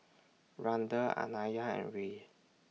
Randel Anaya and Rhea